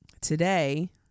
today